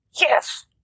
Yes